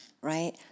right